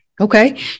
Okay